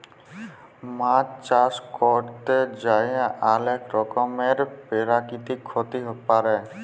মাছ চাষ ক্যরতে যাঁয়ে অলেক রকমের পেরাকিতিক ক্ষতি পারে